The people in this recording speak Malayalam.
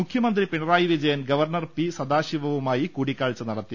മുഖ്യമന്ത്രി പിണറായി വിജയൻ ഗവർണർ പി സദാശിവവു മായി കൂടിക്കാഴ്ച നടത്തി